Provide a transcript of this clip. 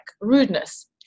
rudeness